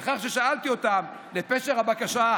לאחר ששאלתי אותם לפשר הבקשה,